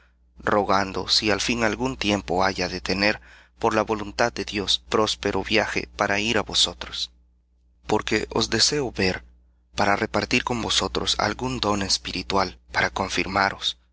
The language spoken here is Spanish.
rogando si al fin algún tiempo haya de tener por la voluntad de dios próspero viaje para ir á vosotros porque os deseo ver para repartir con vosotros algún don espiritual para confirmaros